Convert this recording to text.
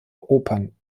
opern